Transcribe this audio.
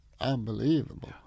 unbelievable